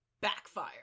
backfire